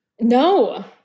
No